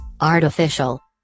Artificial